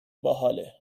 باحاله